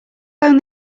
phone